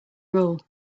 rule